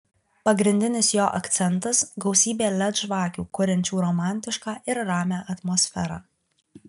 pagrindinis jo akcentas gausybė led žvakių kuriančių romantišką ir ramią atmosferą